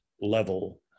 level